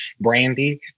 Brandy